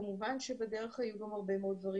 כמובן שבדרך היו גם הרבה מאוד דברים